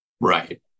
Right